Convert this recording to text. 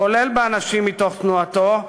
כולל באנשים מתוך תנועתו,